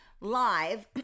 live